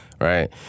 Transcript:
right